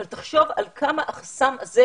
אבל תחשוב על מה שמהווה החסם הזה.